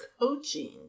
coaching